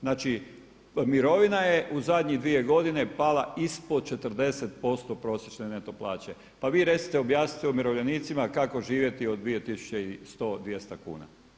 Znači, mirovina je u zadnjih dvije godine pala ispod 40% prosječne neto plaće, pa vi recite, objasnite umirovljenicima kako živjeti od 2100, 200 kuna.